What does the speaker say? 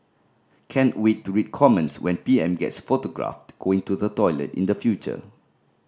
can't wait to read comments when P M gets photographed going to the toilet in the future